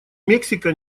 мексика